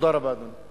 תודה רבה, אדוני.